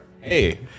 Hey